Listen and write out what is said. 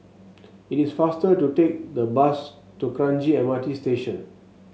it is faster to take the bus to Kranji M R T Station